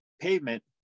pavement